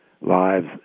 lives